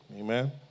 Amen